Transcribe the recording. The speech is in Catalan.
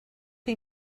que